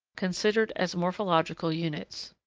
considered as morphological units.